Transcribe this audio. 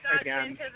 again